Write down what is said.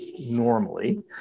normally